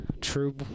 true